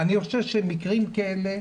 אני חושב שמקרים כאלה,